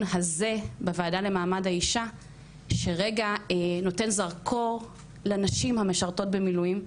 הזה בוועדה למעמד האישה שרגע נותן זרקור לנשים המשרתות במילואים,